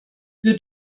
wir